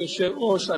אדוני היושב-ראש,